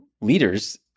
leaders